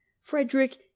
Frederick